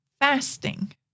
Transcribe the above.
fasting